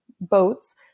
boats